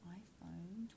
iPhone